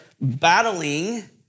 battling